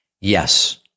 yes